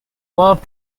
love